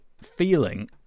feeling